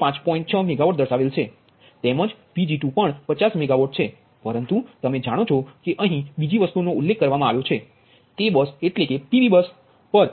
6 megawatt દર્શાવેલ છે તેમજ Pg2પણ 50 મેગાવોટ છે પરંતુ તમે જાણો છો કે અહી બીજી વસ્તુઓનો ઉલ્લેખ કરવામાં આવ્યો છે તે બસ એટલે કે PV બસ પર